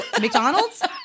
McDonald's